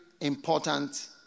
important